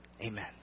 Amen